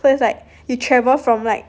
so it's like you travel from like